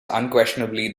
unquestionably